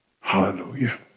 hallelujah